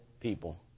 people